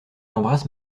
embrasse